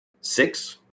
six